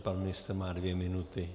Pan ministr má dvě minuty.